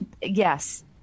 Yes